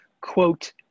quote